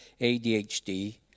ADHD